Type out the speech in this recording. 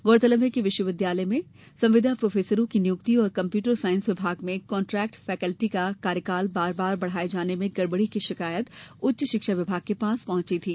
गौरतलब है कि विश्व विद्यालय में संविदा प्रोफेसरों की नियुक्ति और कम्प्यूटर साइंस विभाग में कांट्रेक्ट फैकल्टी का कार्यकाल बार बार बढ़ाए जाने में गड़बड़ी की शिकायत उच्च शिक्षा विभाग के पास पहंची थी